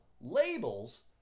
labels